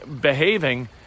behaving